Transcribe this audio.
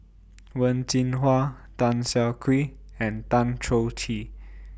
Wen Jinhua Tan Siah Kwee and Tan Choh Tee